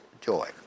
joy